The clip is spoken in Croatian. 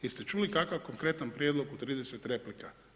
Jeste čuli kakav konkretan prijedlog u 30 replika?